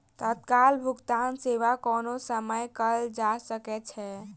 तत्काल भुगतान सेवा कोनो समय कयल जा सकै छै